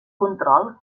control